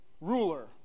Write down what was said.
Ruler